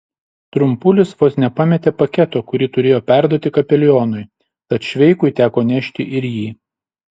trumpulis vos nepametė paketo kurį turėjo perduoti kapelionui tad šveikui teko nešti ir jį